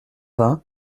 vingt